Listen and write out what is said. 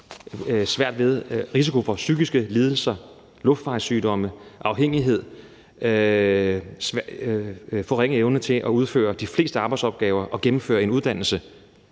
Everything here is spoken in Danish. risiko for psykiske lidelser, luftvejssygdomme, afhængighed, forringet evne til at udføre de fleste arbejdsopgaver og gennemføre en uddannelse